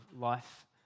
life